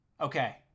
okay